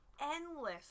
endless